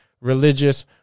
religious